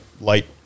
light